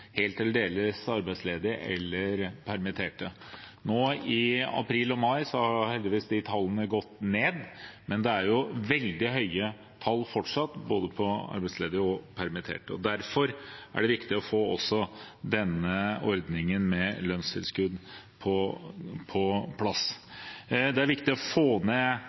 helt eller delvis arbeidsledige eller permitterte. I april og mai gikk de tallene heldigvis ned. Men det er fortsatt veldig høye tall for både arbeidsledige og permitterte. Derfor er det viktig å få denne ordningen med lønnstilskudd på plass. Det er viktig å få ned